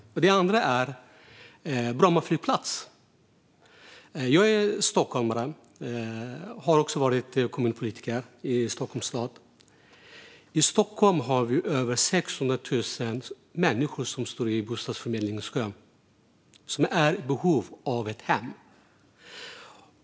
Den andra anledningen är Bromma flygplats. Jag är stockholmare och har också varit kommunpolitiker i Stockholms stad. I Stockholm har vi över 600 000 människor som står i bostadsförmedlingskö, som är i behov av ett hem.